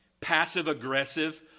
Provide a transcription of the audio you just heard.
passive-aggressive